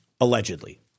allegedly